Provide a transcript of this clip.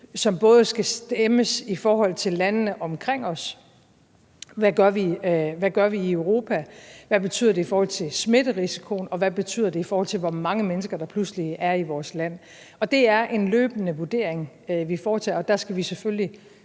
som både skal afstemmes i forhold til landene omkring os, altså hvad vi gør i Europa, hvad det betyder i forhold til smitterisikoen, og hvad det betyder i forhold til, hvor mange mennesker der pludselig er i vores land. Det er en løbende vurdering, vi foretager, og der skal vi selvfølgelig